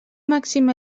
màxim